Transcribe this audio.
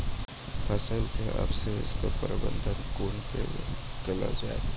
फसलक अवशेषक प्रबंधन कूना केल जाये?